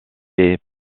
est